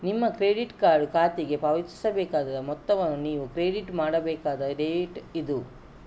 ನಿಮ್ಮ credit card ಖಾತೆಗೆ ಪಾವತಿಸಬೇಕಾದ ಮೊತ್ತವನ್ನು ನೀವು ಕ್ರೆಡಿಟ್ ಮಾಡಬೇಕಾದ ಡೇಟ್ ಇದು